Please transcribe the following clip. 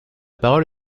parole